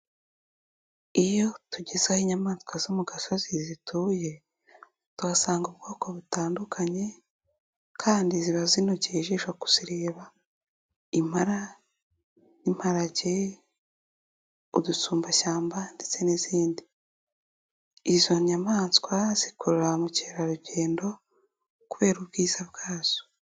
Iyo tugeze aho inyamaswa zo mu gasozi zituye, tuhasanga ubwoko butandukanye kandi ziba zinogeye ijisho kuzireba. Impala, imparage, udusumbashyamba ndetse n'izindi. Izo nyamaswa zikurura ba mukerarugendo kubera ubwiza bwazo.